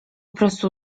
prostu